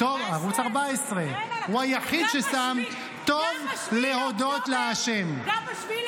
ערוץ 14, הוא היחיד ששם: טוב להודות להשם.